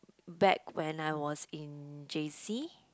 back when I was in J_C